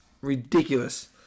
ridiculous